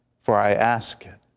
for i ask it,